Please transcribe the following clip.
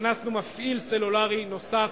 הכנסנו מפעיל סלולרי נוסף.